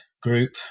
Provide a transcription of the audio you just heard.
group